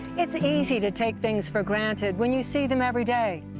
it's easy to take things for granted when you see them everyday,